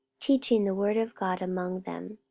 teaching the word of god among them.